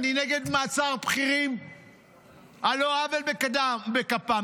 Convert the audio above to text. אני נגד מעצר בכירים על לא עוול בכפם.